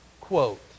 quote